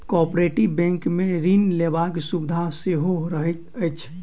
cooperative बैंकमे ऋण लेबाक सुविधा सेहो रहैत अछि